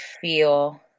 feel